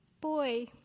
boy